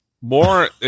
more